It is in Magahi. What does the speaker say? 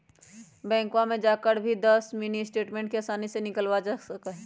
बैंकवा में जाकर भी दस मिनी स्टेटमेंट के आसानी से निकलवावल जा सका हई